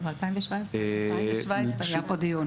גם ב-2017 היה פה דיון.